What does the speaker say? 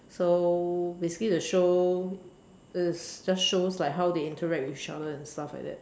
so basically the show is just shows like how they interact with each other and stuff like that